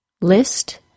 List